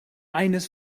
eines